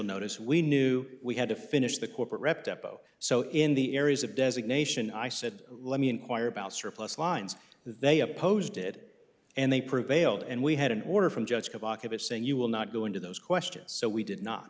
notice we knew we had to finish the corporate rep depo so in the areas of designation i said let me inquire about surplus lines they opposed it and they prevailed and we had an order from judge kovach of it saying you will not go into those questions so we did not